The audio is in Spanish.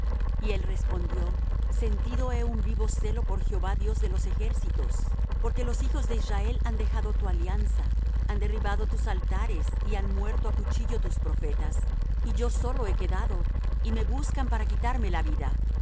y él respondió sentido he un vivo celo por jehová dios de los ejércitos porque los hijos de israel han dejado tu alianza han derribado tus altares y han muerto á cuchillo tus profetas y yo solo he quedado y me buscan para quitarme la vida